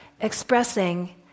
expressing